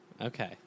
Okay